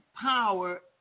power